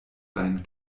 rein